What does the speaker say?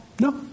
No